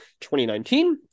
2019